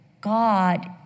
God